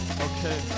okay